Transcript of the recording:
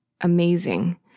amazing